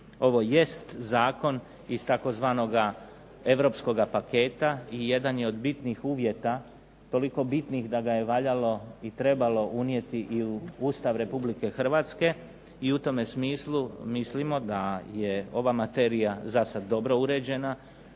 Ovo jest zakon iz tzv. europskoga paketa, i jedan je od bitnih uvjeta, toliko bitnih da ga je valjalo i trebalo unijeti i u Ustav Republike Hrvatske i u tome smislu mislimo da je ova materija zasad dobro uređena,